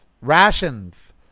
rations